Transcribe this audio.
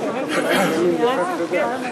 לכבודך.